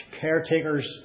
caretakers